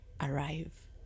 arrive